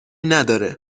نداره